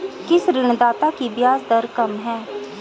किस ऋणदाता की ब्याज दर कम है?